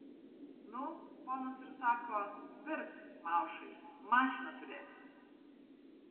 nu ponas ir sako pirk maušai mašiną turėsi